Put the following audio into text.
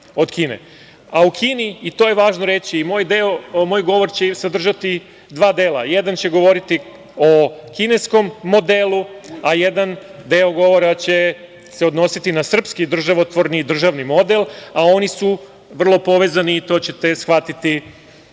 Kini, i to je važno reći, i moj govor će sadržati dva dela, jedan će govoriti o kineskom modelu, a jedan deo govora će se odnositi na srpski državni model, a oni su vrlo povezani, to ćete shvatiti na